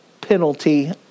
penalty